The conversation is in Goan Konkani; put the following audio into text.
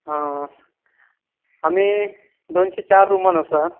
आं आं आमी दोनशीं चार रुमान आसा